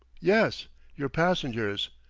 yes your passengers.